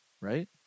right